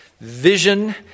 vision